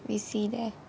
we see there